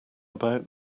about